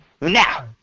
Now